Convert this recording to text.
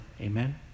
Amen